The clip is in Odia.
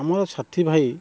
ଆମର ସାଥୀ ଭାଇ